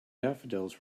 daffodils